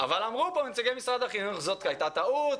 אבל אמרו כאן נציגי משרד החינוך שזאת הייתה טעות.